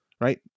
right